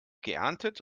geerntet